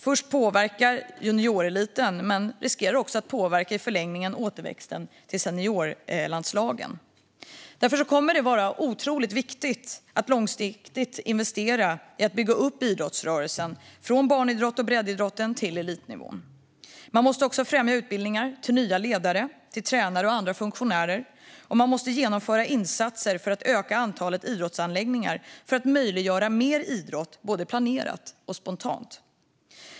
Det påverkar först junioreliten men riskerar också att i förlängningen påverka återväxten till seniorlandslagen. Därför kommer det att vara otroligt viktigt att långsiktigt investera i att bygga upp idrottsrörelsen, från barn och breddidrotten till elitnivån. Man måste också främja utbildningar för nya ledare, tränare och andra funktionärer och genomföra insatser för att öka antalet idrottsanläggningar och möjliggöra mer idrott, både planerat och spontant.